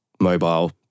mobile